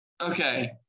Okay